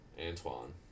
Antoine